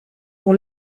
dont